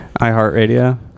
iHeartRadio